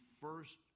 first